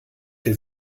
der